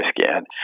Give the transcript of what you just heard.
scan